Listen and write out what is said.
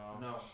No